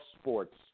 sports